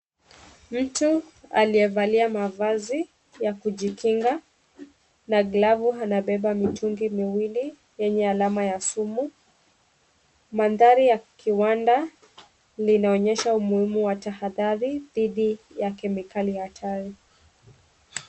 Mtu aliyevalia mavazi ya kujitinga na glavu anabeba mitungi miwili yenye alama ya sumu. Mandhari ya kiwanda, linaonyesha umuhimu wa tahadhari dhidi ya kemikali hatari.